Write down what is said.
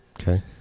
Okay